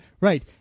right